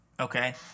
Okay